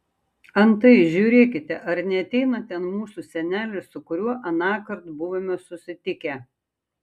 antai žiūrėkite ar neateina ten mūsų senelis su kuriuo anąkart buvome susitikę